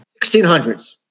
1600s